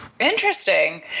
Interesting